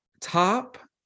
top